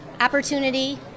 opportunity